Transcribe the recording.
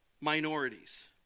minorities